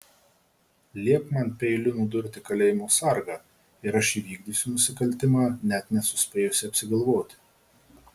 liepk man peiliu nudurti kalėjimo sargą ir aš įvykdysiu nusikaltimą net nesuspėjusi apsigalvoti